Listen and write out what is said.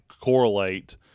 correlate